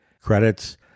credits